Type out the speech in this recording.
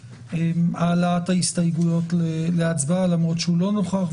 העלאת ההסתייגויות להצבעה למרות שהוא לא נוכח,